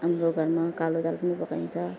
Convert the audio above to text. हाम्रो घरमा कालो दाल पनि पकाइन्छ